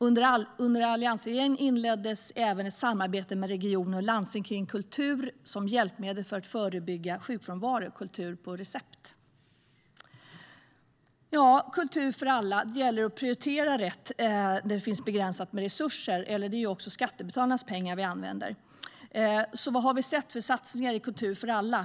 Under alliansregeringen inleddes även ett samarbete med regioner och landsting om kultur som hjälpmedel för att förebygga sjukfrånvaro, Kultur på recept. Det gäller att prioritera rätt när resurserna är begränsade. Det är ju också skattebetalarnas pengar vi använder. Vad har vi då sett för satsningar på kultur för alla?